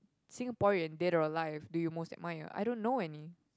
Singaporean dead or alive do you most admire I don't know any